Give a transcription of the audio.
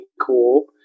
cool